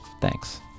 thanks